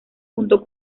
junto